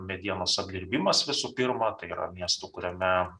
medienos apdirbimas visų pirma tai yra miestu kuriame